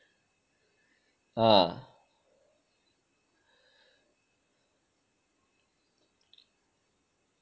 ah